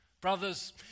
Brothers